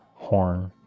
horn,